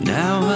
now